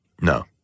No